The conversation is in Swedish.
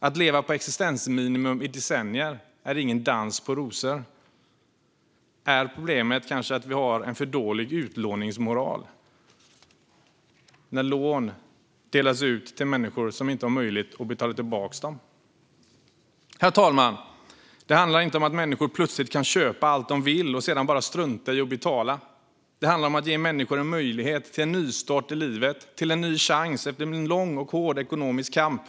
Att leva på existensminimum i decennier är ingen dans på rosor. Är problemet kanske att vi har en för dålig utlåningsmoral när lån delas ut till människor som inte har möjlighet att betala tillbaka dem? Herr talman! Det handlar inte om att människor plötsligt kan köpa allt de vill och sedan bara strunta i att betala. Det handlar om att ge människor en möjlighet till en nystart i livet och till en ny chans efter en lång och hård ekonomisk kamp.